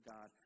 God